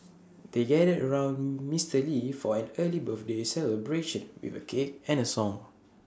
they gathered around Mister lee for an early birthday celebration with A cake and A song